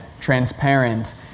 transparent